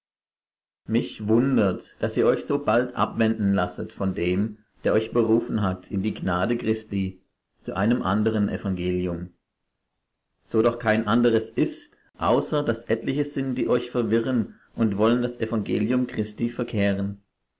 mich wundert daß ihr euch so bald abwenden lasset von dem der euch berufen hat in die gnade christi zu einem anderen evangelium so doch kein anderes ist außer daß etliche sind die euch verwirren und wollen das evangelium christi verkehren